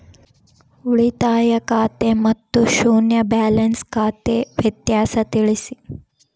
ಉಳಿತಾಯ ಖಾತೆ ಮತ್ತೆ ಶೂನ್ಯ ಬ್ಯಾಲೆನ್ಸ್ ಖಾತೆ ವ್ಯತ್ಯಾಸ ತಿಳಿಸಿ?